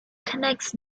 connects